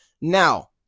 Now